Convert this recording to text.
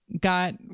got